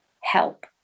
help